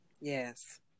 yes